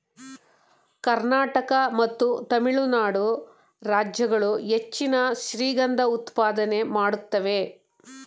ಕರ್ನಾಟಕ ಮತ್ತು ತಮಿಳುನಾಡು ರಾಜ್ಯಗಳು ಹೆಚ್ಚಿನ ಶ್ರೀಗಂಧ ಉತ್ಪಾದನೆ ಮಾಡುತ್ತೇವೆ